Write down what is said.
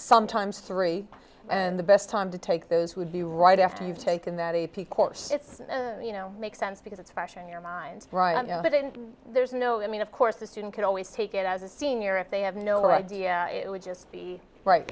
sometimes three and the best time to take those would be right after you've taken that a p course it's you know makes sense because it's fresh in your mind but there's no i mean of course the student could always take it as a senior if they have no idea it would just be right